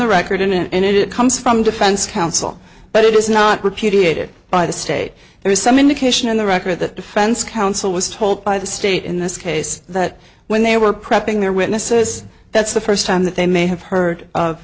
the record in and it comes from defense counsel but it is not repudiated by the state there is some indication in the record that defense counsel was told by the state in this case that when they were prepping their witnesses that's the first time that they may have heard of